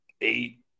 eight